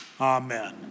Amen